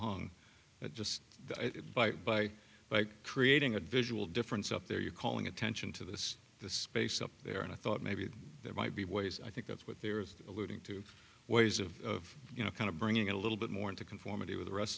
hong but just by by by creating a visual difference up there you're calling attention to this the space up there and i thought maybe there might be ways i think of what they are alluding to ways of you know kind of bringing a little bit more into conformity with the rest